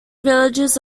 villages